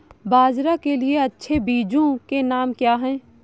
बाजरा के लिए अच्छे बीजों के नाम क्या हैं?